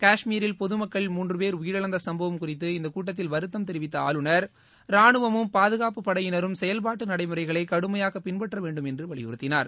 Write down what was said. காஷ்மீரில் பொதுமக்களில் மூன்று பேர் உயிரிழந்த சும்பவம் குறித்து இந்த கூட்டத்தில் வருத்தம் தெரிவித்த ஆளுநர் ரானுவமும் பாதுகாப்புப் படையினரும் செயல்பாட்டு நடைமுறைகளை கடுமையாக பின்பற்றவேண்டும் என்று வலியுறுத்தினார்